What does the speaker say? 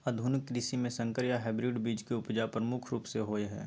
आधुनिक कृषि में संकर या हाइब्रिड बीज के उपजा प्रमुख रूप से होय हय